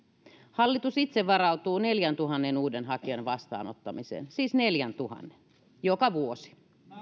hallitus itse varautuu neljäntuhannen uuden hakijan vastaanottamiseen siis neljäntuhannen joka vuosi